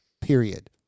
Period